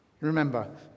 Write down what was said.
remember